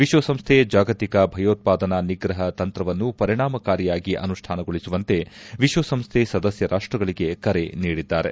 ವಿಶ್ವಸಂಸ್ಥೆ ಜಾಗತಿಕ ಭಯೋತ್ಪಾದನಾ ನಿಗ್ರಹ ತಂತ್ರವನ್ನು ಪರಿಣಾಮಕಾರಿಯಾಗಿ ಅನುಷ್ಠಾನಗೊಳಿಸುವಂತೆ ವಿಶ್ವಸಂಸ್ಥೆ ಸದಸ್ಯ ರಾಷ್ಟಗಳಗೆ ಕರೆ ನೀಡಿದ್ದಾರೆ